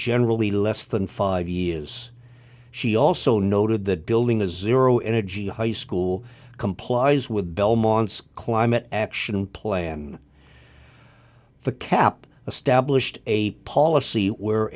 generally less than five years she also noted that building a zero energy high school complies with belmont's climate action plan the cap established a policy where